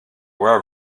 were